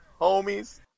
homies